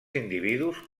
individus